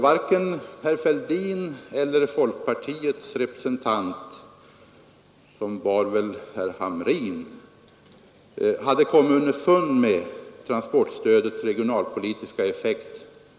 Varken herr Fälldin eller folkpartiets representant, som väl var herr Hamrin, hade då kommit underfund med transportstödets regionalpolitiska effekt.